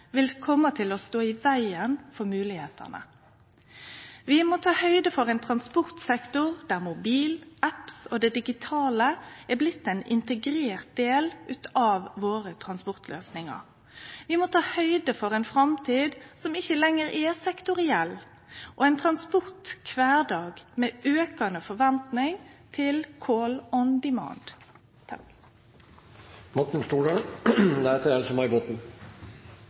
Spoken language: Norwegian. vil kome til å stå i vegen for moglegheitene. Vi må ta høgd for ein transportsektor der mobil, appar og det digitale er blitt ein integrert del av transportløysingane våre. Vi må ta høgd for ei framtid som ikkje lenger er sektoriell, og ein transportkvardag med aukande forventing til